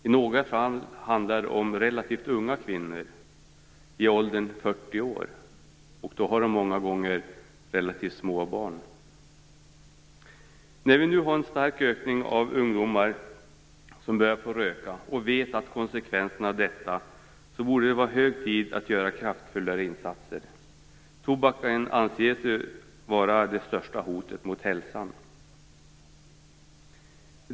I några fall handlar det om relativt unga kvinnor, i 40-årsåldern. I den åldern har de ofta relativt små barn. När det nu är en stark ökning av ungdomar som börjar röka och vi känner till konsekvenserna av detta borde det vara hög tid att göra kraftfulla insatser. Tobaken anses ju vara det största hotet mot hälsan.